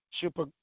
super